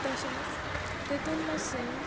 तशेंच तातून मातशे